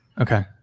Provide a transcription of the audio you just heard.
Okay